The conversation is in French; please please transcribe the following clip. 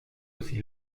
aussi